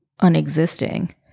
unexisting